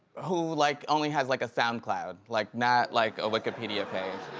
who like only has like a soundcloud, like not like a wikipedia page.